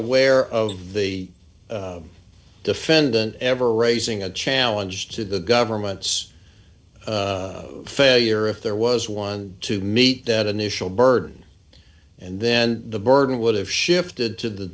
aware of the defendant ever raising a challenge to the government's failure if there was one to meet that initial burden and then the burden would have shifted to the